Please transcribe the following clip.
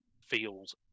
feels